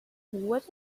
what